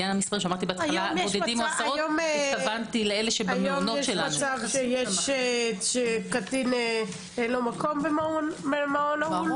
היום יש מצב שקטין אין לו מקום במעון נעול?